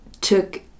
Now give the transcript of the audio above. took